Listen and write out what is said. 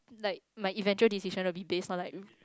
like my eventual decision will be base on like